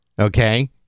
okay